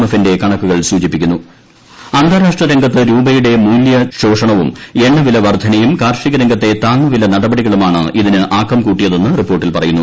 എഫിന്റെ കണക്കുകൾ സൂചിപ്പിക്കുന്ന അന്താരാഷ്ട്ര രംഗത്ത് രൂപയുടെ മൂല്യശോഷണവും എണ്ണവില വർദ്ധനയും കാർഷിക രംഗത്തെ താങ്ങുവില നടപടികളുമാണ് ഇതിന് ആക്കം കൂട്ടിയതെന്ന് റിപ്പോർട്ടിൽ പറയുന്നു